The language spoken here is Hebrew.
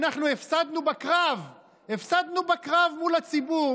אנחנו הפסדנו בקרב מול הציבור,